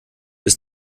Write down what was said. bis